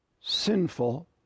sinful